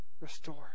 restore